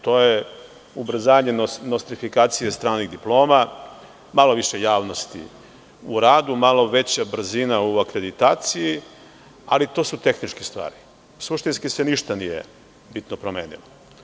To je ubrzanje nostrifikacije stranih diploma, malo više javnosti u radu, malo veća brzina u akreditaciji, ali to su tehničke stvari, suštinske ništa bitno nije dogodilo.